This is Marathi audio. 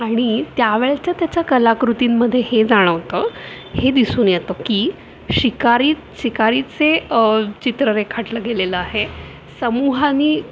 आणि त्यावेळेच्या त्याच्या कलाकृतींमध्ये हे जाणवतं हे दिसून येतं की शिकारी शिकारीचे चित्र रेखाटलं गेलेलं आहे समुहाने